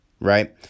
right